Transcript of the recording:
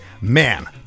man